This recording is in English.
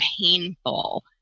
painful